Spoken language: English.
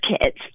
kids